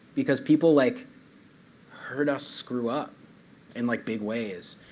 because people like heard us screw up in like big ways.